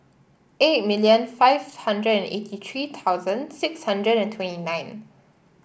eight million five hundred and eighty three thousand six hundred and twenty nine